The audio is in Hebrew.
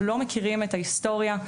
לא מכירים את ההיסטוריה,